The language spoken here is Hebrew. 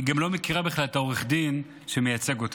היא גם לא מכירה בכלל את עורך הדין שמייצג אותה.